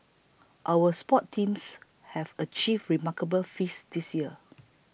our sports teams have achieved remarkable feats this year